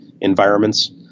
environments